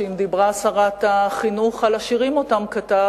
אם דיברה שרת החינוך על השירים שהוא כתב,